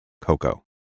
Coco